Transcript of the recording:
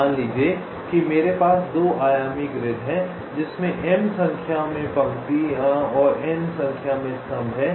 मान लीजिए कि मेरे पास 2 आयामी ग्रिड है जिसमें M संख्या में पंक्तियाँ और N संख्या में स्तंभ हैं